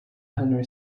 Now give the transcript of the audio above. henry